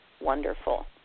wonderful